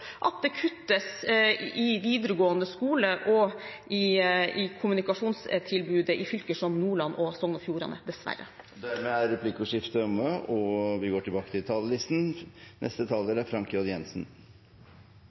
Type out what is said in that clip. at det kuttes i videregående skole og i kommunikasjonstilbudet i fylker som Nordland og Sogn og Fjordane, dessverre. Dermed er replikkordskiftet omme. I dag tar Stortinget nye skritt i retning av et mer levende lokaldemokrati og